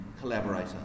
collaborator